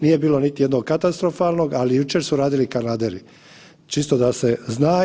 Nije bilo niti jednog katastrofalnog, ali jučer su radili kanaderi, čisto da se zna.